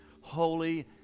holy